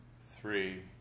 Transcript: three